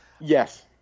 yes